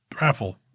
raffle